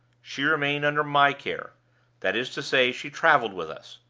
she remained under my care that is to say, she traveled with us.